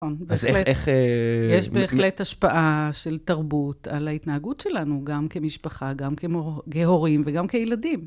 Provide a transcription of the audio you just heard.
נכון, בהחלט... יש בהחלט השפעה של תרבות על ההתנהגות שלנו, גם כמשפחה, גם כהורים וגם כילדים.